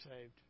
saved